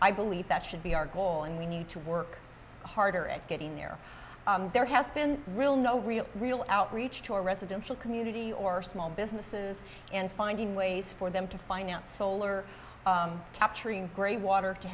i believe that should be our goal and we need to work harder at getting there there has been real no real real outreach to our residential community or small businesses and finding ways for them to finance solar capturing grey water to